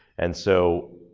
and so,